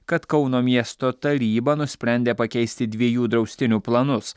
kad kauno miesto taryba nusprendė pakeisti dviejų draustinių planus